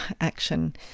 action